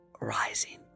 rising